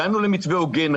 הגענו למתווה הוגן,